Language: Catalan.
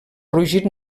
rugit